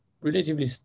relatively